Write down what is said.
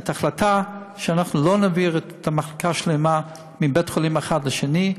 החלטה היא שלא נעביר מחלקה שלמה מבית-חולים אחד לשני.